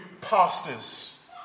pastors